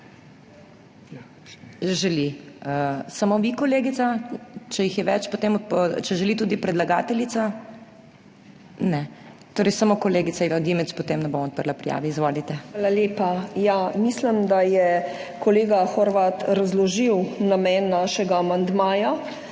Želi. Samo vi, kolegica? Če jih je več, potem… Če želi tudi predlagateljica? (Ne.) Torej samo kolegica Iva Dimic, potem ne bom odprla prijave. Izvolite. **IVA DIMIC (PS NSi):** Hvala lepa. Ja, mislim, da je kolega Horvat razložil namen našega amandmaja,